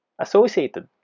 associated